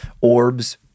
orbs